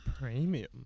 Premium